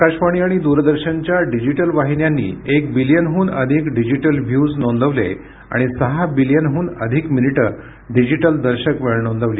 आकाशवाणी आणि दूरदर्शनच्या डिजिटल वाहिन्यांनी एक बिलियनहून अधिक डिजिटल व्ह्यूज नोंदवले आणि सहा बिलियनह्न अधिक मिनिटं डिजिटल दर्शक वेळ नोंदवली